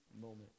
moment